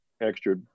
extra